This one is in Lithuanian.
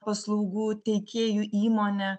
paslaugų teikėjų įmonę